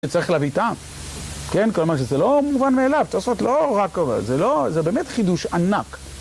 צריך להביטה, כן? כלומר שזה לא מובן מאליו, זאת אומרת, זה באמת חידוש ענק